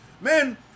Man